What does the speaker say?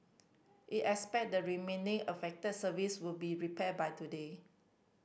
it expect the remaining affected service would be repaired by today